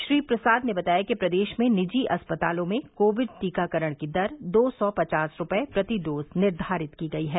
श्री प्रसाद ने बताया कि प्रदेश में निजी अस्पतालों में कोविड टीकाकरण की दर दो सौ पचास रूपए प्रति डोज निर्धारित की गयी है